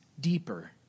deeper